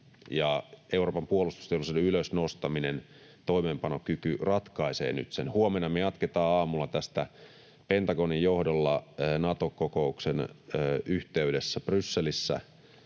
Euroopan puolustusteollisuuden ylös nostaminen, toimeenpanokyky, ratkaisee nyt sen. Huomenna me jatketaan aamulla tästä Pentagonin johdolla Nato-kokouksen yhteydessä Brysselissä,